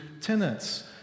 tenants